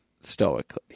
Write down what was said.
stoically